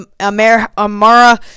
Amara